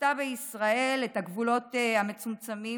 חצתה בישראל את הגבולות המצומצמים